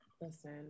Listen